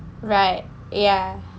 right ya